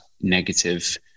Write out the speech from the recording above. negative